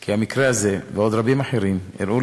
כי המקרה הזה ועוד רבים אחרים אירעו